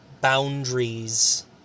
boundaries